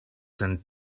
sent